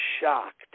shocked